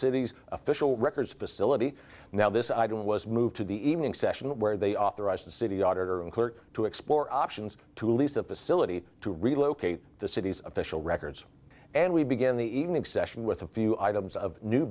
city's official records facility now this item was moved to the evening session where they authorized the city auditor and clear to explore options to lease the facility to relocate the city's official records and we begin the evening session with a few items of new